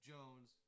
Jones